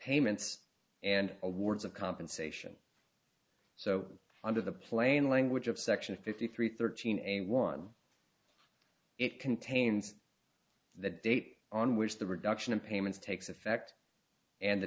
payments and awards of compensation so under the plain language of section fifty three thirteen a one it contains the date on which the reduction of payments takes effect and the